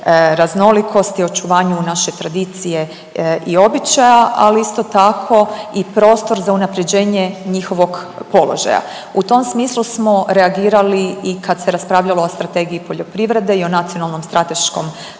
raznolikosti, očuvanju naše tradicije i običaja, ali isto tako i prostor za unapređenje njihovog položaja. U tom smislu smo reagirali i kad se raspravljalo o Strategiji poljoprivrede i o Nacionalnom strateškom